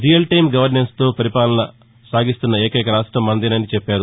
real time గవర్నెన్స్తో పరిపాలన సాగిస్తున్న ఏకైక రాష్టం మనదేనని చెప్పారు